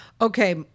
Okay